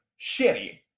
shitty